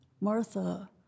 Martha